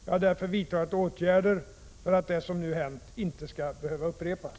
Jag har därför vidtagit åtgärder för att det som nu hänt inte skall behöva upprepas.